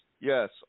Yes